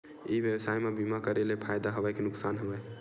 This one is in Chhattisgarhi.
ई व्यवसाय म बीमा करे ले फ़ायदा हवय के नुकसान हवय?